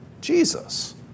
Jesus